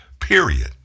period